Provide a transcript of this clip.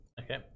okay